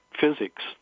physics